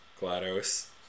GLaDOS